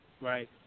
right